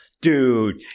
dude